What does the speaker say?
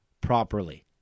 properly